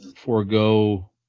forego